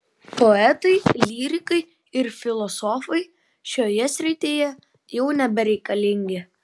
poetai lyrikai ir filosofai šioje srityje jau nebereikalingi